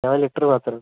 ആ ലിറ്റര് മാത്രമേ ഉള്ളൂ